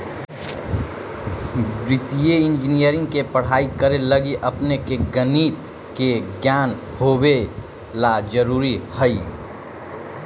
वित्तीय इंजीनियरिंग के पढ़ाई करे लगी अपने के गणित के ज्ञान होवे ला जरूरी हई